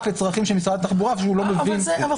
לצרכים של משרד התחבורה ושהוא לא מבין --- גם